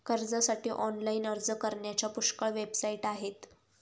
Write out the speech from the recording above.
कर्जासाठी ऑनलाइन अर्ज करण्याच्या पुष्कळ वेबसाइट आहेत